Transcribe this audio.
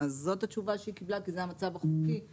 זאת התשובה שהיא קיבלה כי זה המצב החוקי.